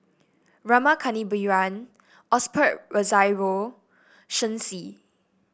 Rama Kannabiran Osbert Rozario Shen Xi